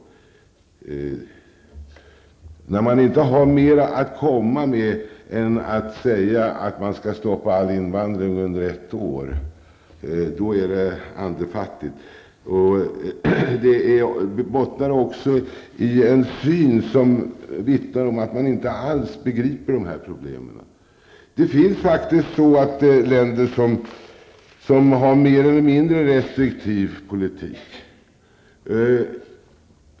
Det är andefattigt när man inte har mera att komma med än att säga att man skall stoppa all invandring under ett år. Det bottnar också i en syn som vittnar om att man inte alls begriper dessa problem. Det finns länder som har mer eller mindre restriktiv flyktingpolitik.